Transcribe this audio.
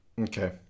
Okay